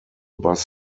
bus